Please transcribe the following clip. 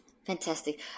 Fantastic